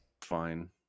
Fine